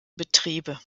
betriebe